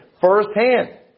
firsthand